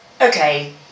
okay